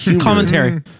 commentary